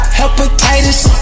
hepatitis